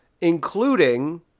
including